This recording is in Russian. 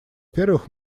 первых